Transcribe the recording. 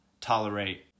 tolerate